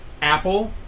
Apple